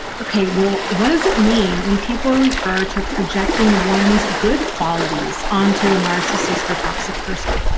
okay, well, what does it mean when people refer to projecting one's good qualities onto a narcissist or toxic person.